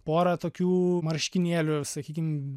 porą tokių marškinėlių sakykim